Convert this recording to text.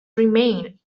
remained